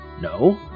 No